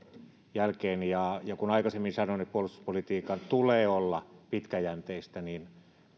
jälkeen kun aikaisemmin sanoin että puolustuspolitiikan tulee olla pitkäjänteistä niin